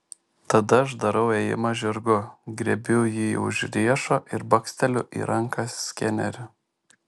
tada aš darau ėjimą žirgu griebiu jį už riešo ir baksteliu į ranką skeneriu